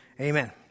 amen